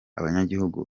abanyagihugu